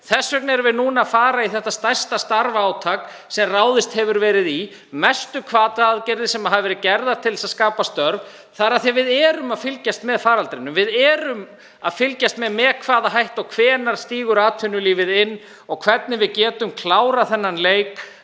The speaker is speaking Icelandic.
Þess vegna erum við núna að fara í það stærsta starfaátak sem ráðist hefur verið í, mestu hvataaðgerðir sem gripið hefur verið til til að skapa störf. Það er af því að við erum að fylgjast með faraldrinum. Við erum að fylgjast með hvernig og hvenær atvinnulífið stígur inn og hvernig við getum klárað þennan leik